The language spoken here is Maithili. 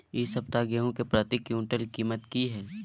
इ सप्ताह गेहूं के प्रति क्विंटल कीमत की हय?